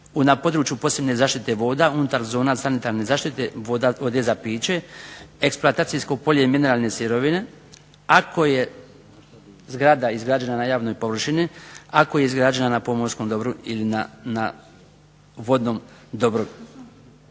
na području posebne zaštite voda, unutar zona sanitarne zaštite vode za piće, eksploatacijsko polje i mineralne sirovine ako je zgrada izgrađena na javnoj površini ako je izgrađena na pomorskom dobru ili vodnom dobru.